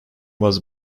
was